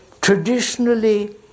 traditionally